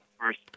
first